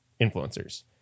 influencers